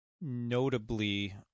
notably